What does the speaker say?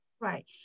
Right